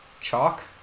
chalk